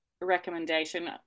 recommendation